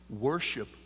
worship